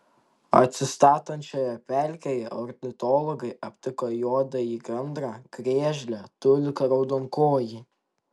atsistatančioje pelkėje ornitologai aptiko juodąjį gandrą griežlę tuliką raudonkojį